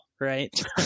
Right